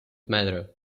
matter